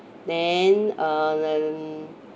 then uh